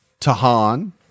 Tahan